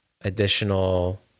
additional